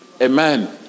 Amen